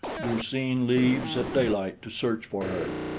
du-seen leaves at daylight to search for her.